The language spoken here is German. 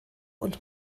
und